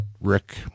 Rick